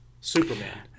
Superman